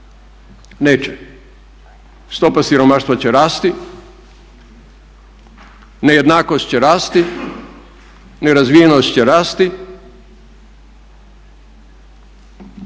Neće. Stopa siromaštva će rasti, nejednakost će rasti, nerazvijenost će rasti